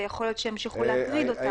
ויכול להיות שימשיכו להטריד אותם.